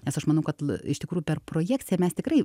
nes aš manau kad iš tikrųjų per projekciją mes tikrai